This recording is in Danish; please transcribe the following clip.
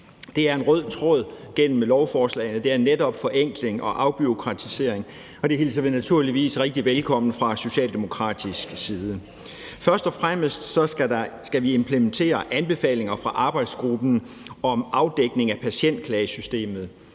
Det er en rød tråd gennem lovforslagene – det er netop forenkling og afbureaukratisering, og det hilser vi naturligvis rigtig velkommen fra socialdemokratisk side. Først og fremmest skal vi implementere anbefalinger fra arbejdsgruppen om afdækning af patientklagesystemet.